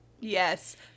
Yes